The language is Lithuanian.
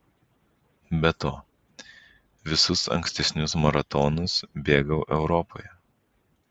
be to visus ankstesnius maratonus bėgau europoje